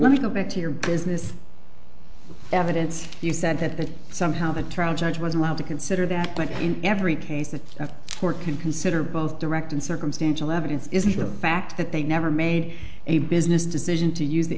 let me go back to your business evidence you said that somehow the trial judge was allowed to consider that but in every case that that court can consider both direct and circumstantial evidence is a fact that they never made a business decision to use the